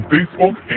Facebook